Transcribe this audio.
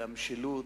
המשילות,